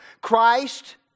Christ